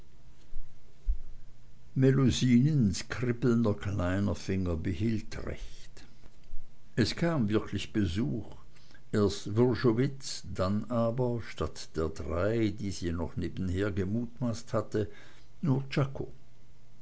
melusinens kribbelnder kleiner finger behielt recht es kam wirklich besuch erst wrschowitz dann aber statt der drei die sie noch nebenher gemutmaßt hatte nur czako